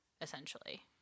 essentially